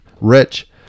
Rich